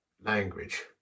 language